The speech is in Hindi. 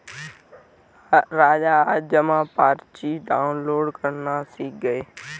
राज आज जमा पर्ची डाउनलोड करना सीखेगा